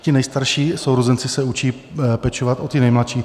Ti nejstarší sourozenci se učí pečovat o ty nejmladší.